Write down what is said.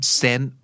send